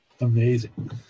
Amazing